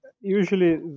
usually